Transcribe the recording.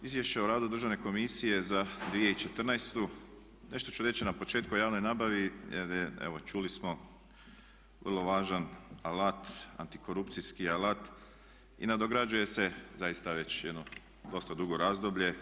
Izvješće o radu Državne komisije za 2014. nešto ću reći na početku o javnoj nabavi, jer je evo čuli smo vrlo važan alat, antikorupcijski alat i nadograđuje se zaista već jedno dosta dugo razdoblje.